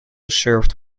served